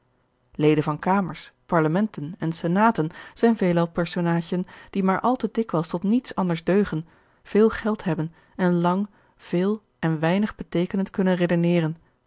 leden van kamers parlementen en senaten zijn veelal personaadjen die maar al te dikwijls tot niets anders deugen veel geld hebben en lang veel en weinig beteekenend kunnen redeneren